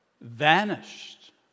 vanished